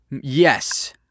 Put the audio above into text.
yes